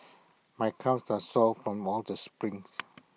my calves are sore from all the sprints